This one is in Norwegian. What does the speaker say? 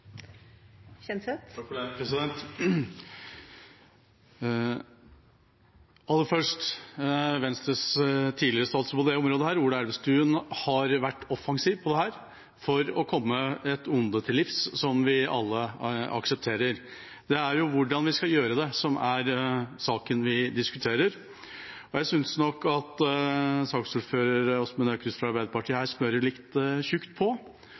Aller først: Venstres tidligere statsråd på dette området Ola Elvestuen har vært offensiv for å komme dette ondet, som vi alle aksepterer at det er, til livs. Det er hvordan vi skal gjøre det, som er saken vi diskuterer. Jeg synes nok at saksordføreren, Åsmund Aukrust fra Arbeiderpartiet, her smører litt tjukt på